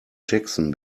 jackson